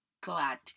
glad